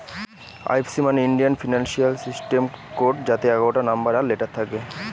IFC মানে Indian financial system code যাতে এগারোটা নম্বর আর লেটার থাকে